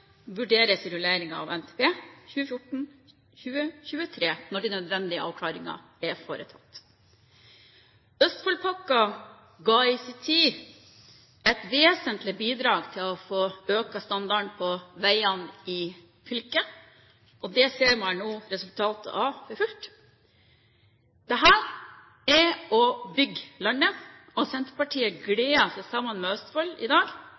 vurderes i rulleringen av NTP 2014–2023, eller før hvis de nødvendige avklaringer er foretatt. Østfoldpakken ga i sin tid et vesentlig bidrag til å få økt standarden på veiene i fylket. Det ser man nå resultatet av for fullt. Dette er å bygge landet, og Senterpartiet gleder seg i dag sammen med Østfold,